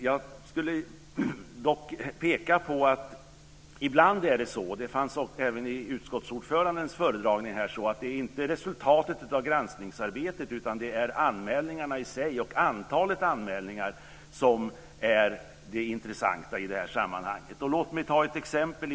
Jag skulle dock vilja peka på att det ibland inte är resultatet av granskningsarbetet utan anmälningarna i sig - och antalet anmälningar - som är det intressanta i sammanhanget. Detta togs upp även i utskottsordförandens föredragning. Låt mig ta ett exempel.